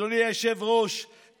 אדוני היושב-ראש,